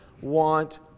want